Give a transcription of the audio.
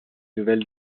nouvelles